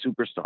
superstar